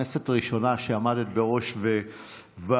זו הכנסת הראשונה שעמדת בראש ועדה,